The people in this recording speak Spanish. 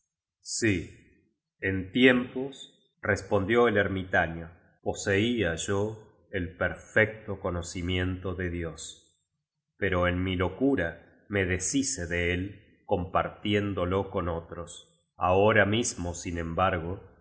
sí en tiemposrespondió el ermitañoposeía yo el per fecto conocimiento de dios pero en mi locura me deshice de él compartiéndolo con otros ahora mismo sin embargo